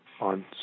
on